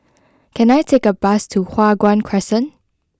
can I take a bus to Hua Guan Crescent